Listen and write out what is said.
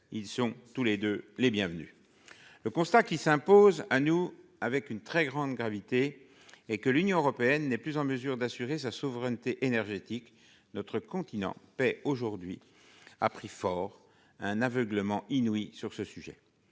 Ils sont tous deux les bienvenus. Le constat qui s'impose à nous avec une très grande gravité est que l'Union européenne n'est plus en mesure d'assurer sa souveraineté énergétique. Notre continent paie aujourd'hui au prix fort un aveuglement inouï sur ce sujet.